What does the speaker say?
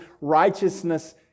righteousness